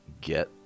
get